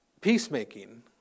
Peacemaking